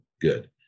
good